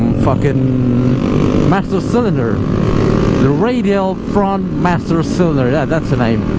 fucking master cylinder the radial front master cylinder, yeah that's the name.